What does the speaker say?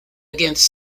against